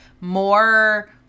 more